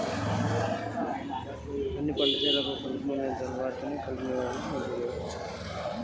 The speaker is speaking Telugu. అన్ని పంటలలో కలుపు తీయనీకి ఏ యంత్రాన్ని వాడాలే?